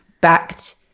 Backed